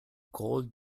cold